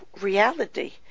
reality